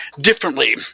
differently